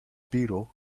biro